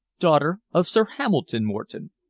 daughter of sir hamilton moreton,